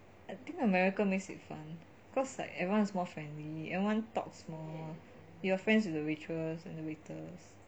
I think America makes it fun cause like everyone is more friendly and everyone talks more you're friends with the waitress and the waiter